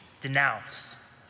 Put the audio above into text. denounce